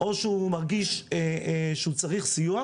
או שהוא מרגיש שהוא צריך סיוע,